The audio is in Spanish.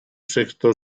sexto